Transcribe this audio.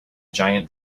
giant